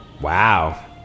Wow